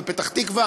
בפתח-תקווה,